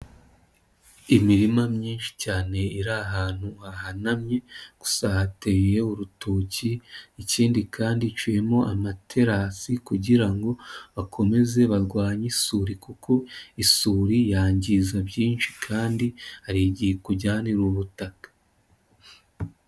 Imirima myinshi cyane iri ahantu hahanamye gusa hateye urutoki ikindi kandi iciyemo amaterasi kugira bakomeze barwanye isuri kuko isuri yangiza byinshi kandi hari igihe ikujyanira ubutaka.